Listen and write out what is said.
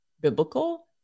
biblical